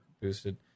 boosted